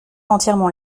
entièrement